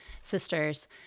sisters